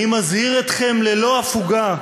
אני מזהיר אתכם ללא הפוגה,